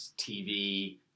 TV